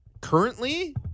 currently